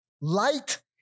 Light